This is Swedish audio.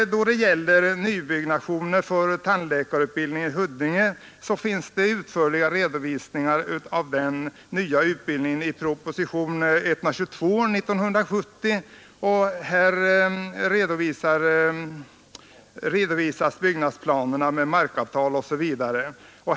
När det vidare gäller nybyggnation för tandläkarutbildning i Huddinge finns i propositionen 122 år 1970 en utförlig redovisning av byggnadsplanerna med markavtal osv.